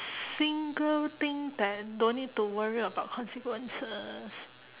single thing that I don't need to worry about consequences